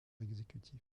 exécutif